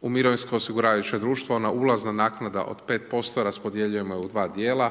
u mirovinsko osiguravajuće društvo ona ulazna naknada od 5% raspodjeljujemo je u dva dijela.